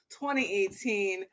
2018